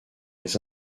les